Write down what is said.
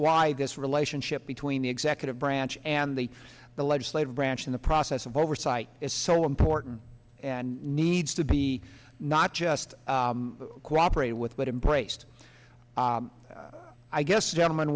why this relationship between the executive branch and the the legislative branch in the process of oversight is so important and needs to be not just cooperate with what embraced i guess gentlem